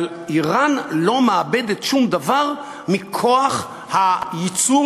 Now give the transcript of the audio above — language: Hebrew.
אבל איראן לא מאבדת שום דבר מכוח הייצור